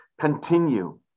continue